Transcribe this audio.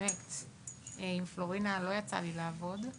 לא יצא לי לעבוד עם פלורינה